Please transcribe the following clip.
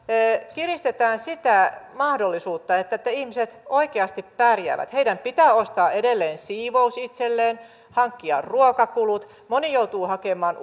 kiristetään sitä mahdollisuutta että ihmiset oikeasti pärjäävät heidän pitää edelleen ostaa siivous itselleen hankkia ruoka moni joutuu hakemaan